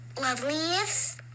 loveliest